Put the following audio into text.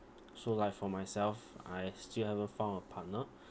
so like for myself I still haven't found a partner